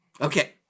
Okay